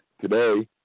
today